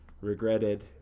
regretted